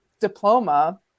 diploma